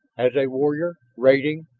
as a warrior raiding.